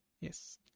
Yes